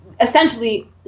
essentially